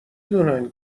دونن